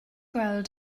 gweld